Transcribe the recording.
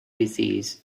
disease